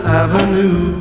avenue